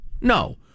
no